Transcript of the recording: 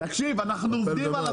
תקשיב, אנחנו עובדים על עצמנו.